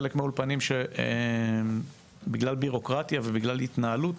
חלק מהאולפנים שבגלל ביורוקרטיה ובגלל התנהלות